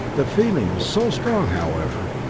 the feeling was so strong, however,